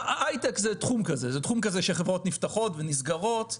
ההייטק הוא תחום כזה שחברות נפתחות ונסגרות.